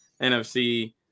NFC